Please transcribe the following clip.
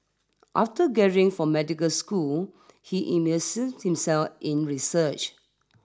after graduating from medical school he immersed himself in research